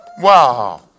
Wow